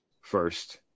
first